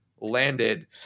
landed